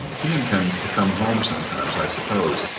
he intends to come home sometimes, i suppose,